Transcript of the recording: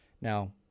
Now